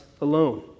alone